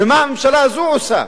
ומה הממשלה הזאת עושה?